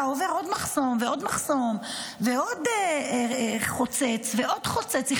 אתה עובר עוד מחסום ועוד מחסום ועוד חוצץ ועוד חוצץ.